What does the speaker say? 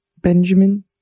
Benjamin